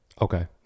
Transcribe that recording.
okay